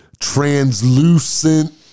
translucent